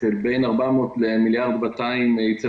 של בין 400 מיליון ל-1.2 מיליארד ייצא